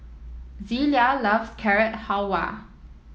Zelia loves Carrot Halwa